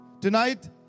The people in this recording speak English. Tonight